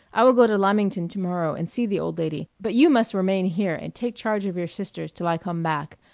i will go to lymington to-morrow and see the old lady but you must remain here, and take charge of your sisters till i come back,